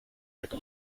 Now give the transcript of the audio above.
jak